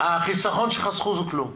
החיסכון שחסכו זה כלום.